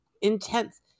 intense